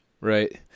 Right